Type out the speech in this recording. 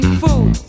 food